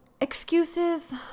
excuses